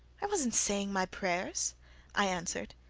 i wasn't saying my prayers i answered.